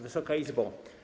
Wysoka Izbo!